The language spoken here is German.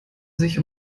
sich